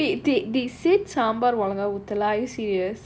wait they they said sambar நல்லா வைக்கல:saambaar nallaa vaikala are you serious